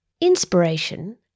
Inspiration